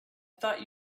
thought